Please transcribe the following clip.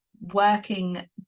working